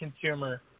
consumer